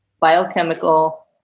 biochemical